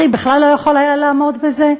אחי בכלל לא יכול היה לעמוד בזה.